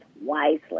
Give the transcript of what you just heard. wisely